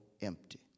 empty